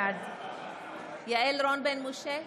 בעד יעל רון בן משה,